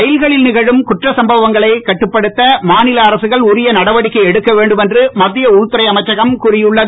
ரயில்களில் நிகழும் குற்றச் சம்பவங்களைக் கட்டுப்படுத்த மாநில அரசுகள் உரிய நடவடிக்கை எடுக்கவேண்டும் என்று மத்திய உள்துறை அமைச்சகம் கூறியுள்ளது